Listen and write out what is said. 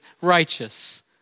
righteous